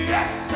Yes